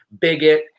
bigot